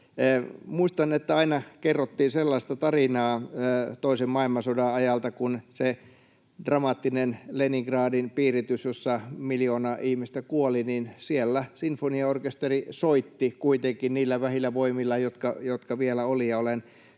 Muistan, että aina kerrottiin sellaista tarinaa toisen maailmansodan ajalta, kun siellä dramaattisessa Leningradin piirityksessä, jossa miljoona ihmistä kuoli, sinfoniaorkesteri soitti kuitenkin niillä vähillä voimillaan, jotka vielä oli.